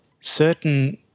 Certain